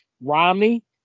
Romney